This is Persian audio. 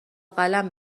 قلم